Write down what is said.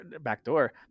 backdoor